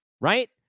right